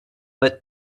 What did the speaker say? but